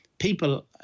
people